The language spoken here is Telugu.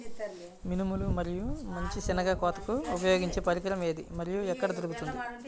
మినుము మరియు మంచి శెనగ కోతకు ఉపయోగించే పరికరం ఏది మరియు ఎక్కడ దొరుకుతుంది?